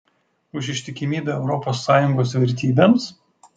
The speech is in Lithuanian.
už ištikimybę europos sąjungos vertybėms